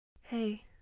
Hey